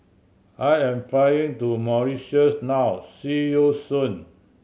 I am flying to Mauritius now see you soon